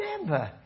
remember